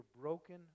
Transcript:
broken